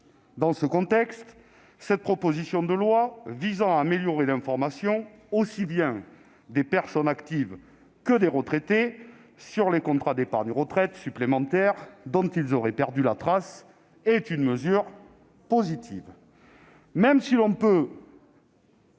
Dans ce contexte, cette proposition de loi visant à améliorer l'information aussi bien des personnes actives que des retraités sur les contrats d'épargne retraite supplémentaire dont ils auraient perdu la trace représente une avancée,